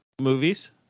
movies